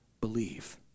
believe